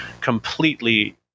completely